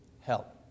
help